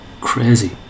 crazy